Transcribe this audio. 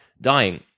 dying